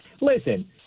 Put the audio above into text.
Listen